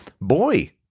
boy